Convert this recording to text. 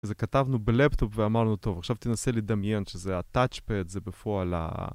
זה כתבנו בלפטופ ואמרנו טוב, עכשיו תנסה לדמיין שזה ה-Touchpad זה בפועל ה...